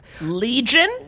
Legion